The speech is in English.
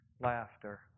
laughter